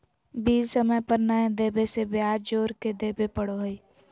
bill समय पर नयय देबे से ब्याज जोर के देबे पड़ो हइ